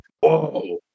Whoa